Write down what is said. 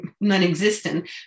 non-existent